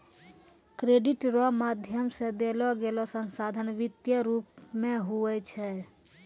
credit रो माध्यम से देलोगेलो संसाधन वित्तीय रूप मे हुवै छै